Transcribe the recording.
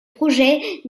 projet